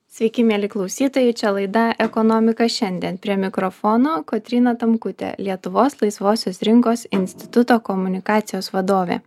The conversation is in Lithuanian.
sveiki mieli klausytojai čia laida ekonomika šiandien prie mikrofono kotryna tamkutė lietuvos laisvosios rinkos instituto komunikacijos vadovė